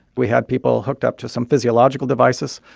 we had people hooked up to some physiological devices.